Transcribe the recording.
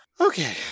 Okay